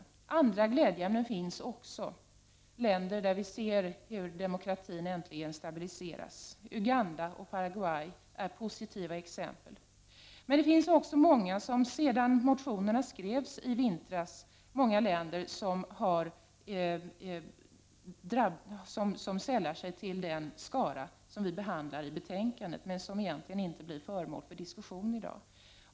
Även andra glädjeämnen finns, länder där vi ser hur demokratin äntligen stabiliseras. Uganda och Paraguay är positiva exempel. Men det finns också många länder som, sedan motionerna skrevs i vintras, har sällat sig till den skara som vi behandlar i betänkandet, men som egentligen inte blir föremål för diskussion i dag.